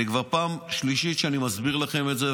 כבר פעם שלישית שאני מסביר לכם את זה,